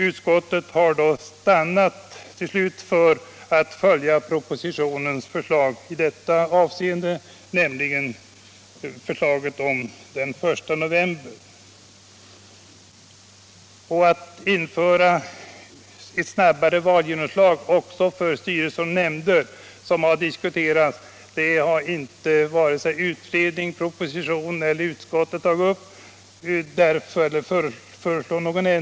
Utskottet har dock till slut stannat för propositionens förslag om den 1 november. Införande av ett snabbare valgenomslag för styrelser och nämnder har varken utredning, proposition eller utskott velat föreslå.